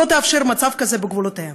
לא תאפשר מצב כזה בגבולותיה.